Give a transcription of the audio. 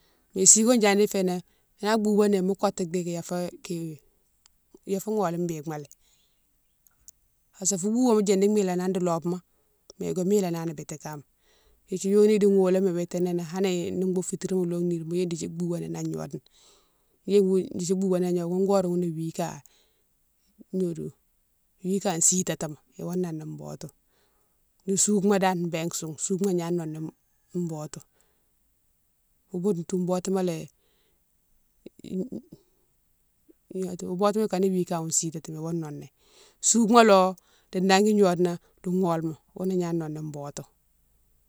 Sigone yadi fénan nan boubé né mo kotou dike ya fé ki, ya fé ghole mikema lé, parce que fou bouba ma yadi milénani di lobema mais ko milénani biti kama, dékdi yoni idini gholoma iwitini hanni ni boughoune fitirma lome ni mo yike dékdi boubani an gnode na, mo yike dékdi iboubé nan gnode ghoune horé ghoune lé wi ka gnodiou, wi ka sitatima awa noné botou. Ni sougouma dane bé soune, sogouma gna noné botou wo bodone tou botouma lé botouma lé ikane wi ka wou sitatima iwa noné, sougouma lo di nangui gnode na, di gholma ghounni igna noné botouma.